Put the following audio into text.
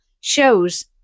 shows